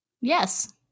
Yes